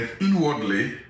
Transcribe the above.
inwardly